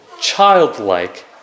childlike